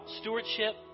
stewardship